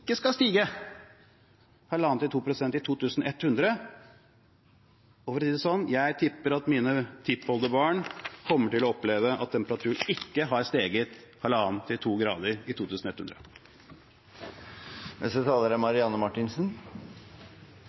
ikke skal stige med 1,5–2 grader til 2100. For å si det sånn: Jeg tipper at mine tippoldebarn kommer til å oppleve at temperaturen ikke har steget 1,5–2 grader i 2100. Jeg skjønner av siste innlegg at det er